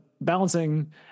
balancing